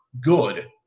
good